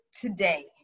today